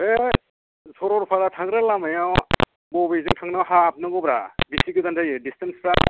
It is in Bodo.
बे सरलपारा थांग्रा लामाया बबेजों थांना हाबनांगौ ब्रा बेसे गोजान जायो डिस्टेन्सफ्रा